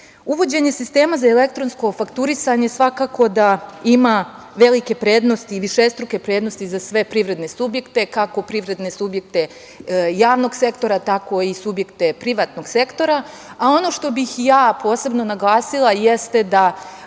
EU.Uvođenje sistema za elektronsko fakturisanje svakako da ima velike prednosti i višestruke prednosti za sve privredne subjekte, kako privredne subjekte javnog sektora, tako i subjekte privatnog sektora. Ono što bih posebno naglasila jeste da